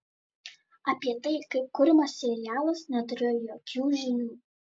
apie tai kaip kuriamas serialas neturėjo jokių žinių